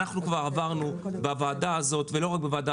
אנחנו כבר עברנו בוועדה הזאת ולא רק בוועדה